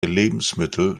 lebensmittel